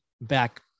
back